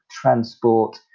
transport